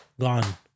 gone